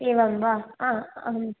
एवं वा आ अहं